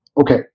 Okay